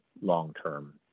long-term